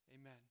Amen